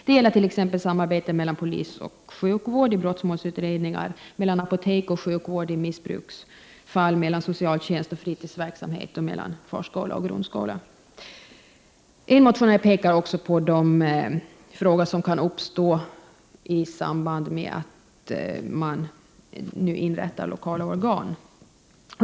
Det gäller t.ex. samarbetet mellan polis och sjukvård i brottmålsutredningar, mellan apotek och sjukvård i missbruksfall, mellan socialtjänst och fritidsverksamhet samt mellan förskola och grundskola. En motionär framhåller också de frågor som kan uppstå i samband med att lokala organ inrättas i kommunerna.